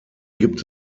gibt